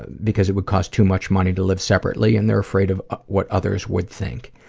because it would cost too much money to live separately and they're afraid of what others would think.